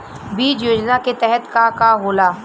बीज योजना के तहत का का होला?